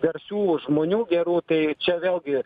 garsių žmonių gerų tai čia vėlgi